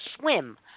swim